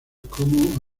como